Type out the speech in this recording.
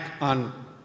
on